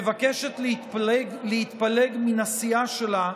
מבקשת להתפלג מן הסיעה שלה,